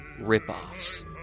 ripoffs